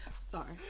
Sorry